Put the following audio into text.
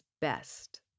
best